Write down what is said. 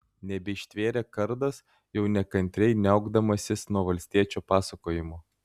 nebeištvėrė kardas jau nekantriai niaukdamasis nuo valstiečio pasakojimo